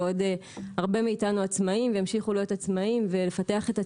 ועוד הרבה מאיתנו עצמאים וימשיכו להיות עצמאים ולפתח את עצמם.